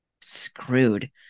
screwed